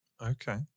Okay